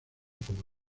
como